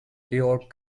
georg